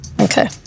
Okay